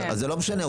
אז זה לא משנה.